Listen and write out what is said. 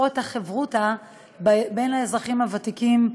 את החברותא בין האזרחים הוותיקים,